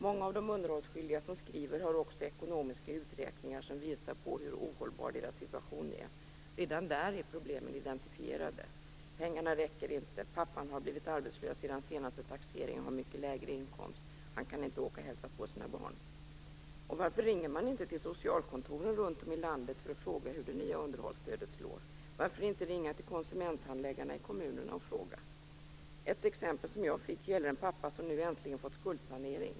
Många av de underhållsskyldiga som skriver har också med ekonomiska uträkningar som visar på hur ohållbar deras situation är. Redan där är problemen identifierade. Pengarna räcker inte. Pappan har blivit arbetslös sedan senaste taxeringen och har mycket lägre inkomst. Han kan inte åka och hälsa på sina barn. Varför inte ringa till konsumenthandläggarna i kommunerna och fråga? Ett exempel som jag fick gäller en pappa som nu äntligen fått skuldsanering.